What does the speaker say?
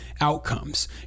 outcomes